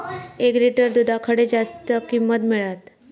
एक लिटर दूधाक खडे जास्त किंमत मिळात?